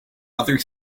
other